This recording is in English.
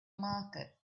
market